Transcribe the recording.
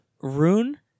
Rune